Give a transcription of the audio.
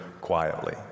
quietly